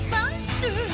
Monster